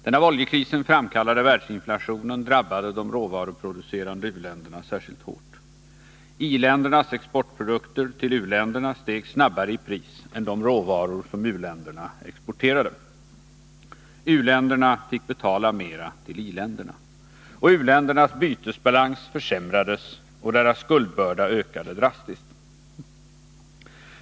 Den av oljekrisen framkallade världsinflationen drabbade de råvaruproducerande u-länderna särskilt hårt. I-ländernas exportprodukter till u-länderna steg snabbare i pris än de råvaror som u-länderna exporterade. U-länderna fick betala mera till i-länderna. U-ländernas bytesbalans försämrades och deras skuldbörda ökade drastiskt.